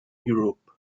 europe